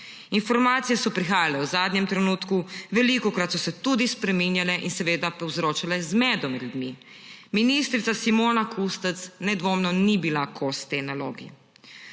Informacije so prihajale v zadnjem trenutku, velikokrat so se tudi spreminjale in povzročale zmedo med ljudmi. Ministrica Simona Kustec nedvoumno ni bila kos tej nalogi.